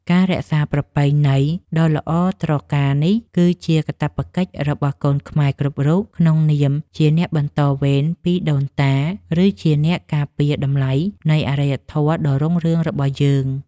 ការរក្សាប្រពៃណីដ៏ល្អត្រកាលនេះគឺជាកាតព្វកិច្ចរបស់កូនខ្មែរគ្រប់រូបក្នុងនាមជាអ្នកបន្តវេនពីដូនតា ឬជាអ្នកការពារតម្លៃនៃអរិយធម៌ដ៏រុងរឿងរបស់យើង។